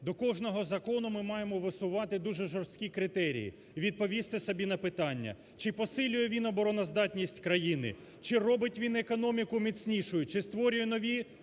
до кожного закону ми маємо висувати дуже жорсткі критерії, відповісти собі на питання. Чи посилює він обороноздатність країни? Чи робить він економіку міцнішою? Чи створює нові